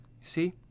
see